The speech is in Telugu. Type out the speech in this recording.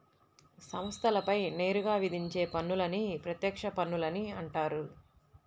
సంస్థలపై నేరుగా విధించే పన్నులని ప్రత్యక్ష పన్నులని అంటారు